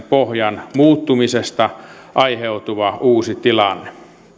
pohjan muuttumisesta aiheutuva uusi tilanne